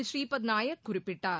ஸ்ரீபத் நாயக் குறிப்பிட்டார்